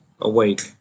awake